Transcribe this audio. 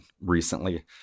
recently